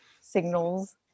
signals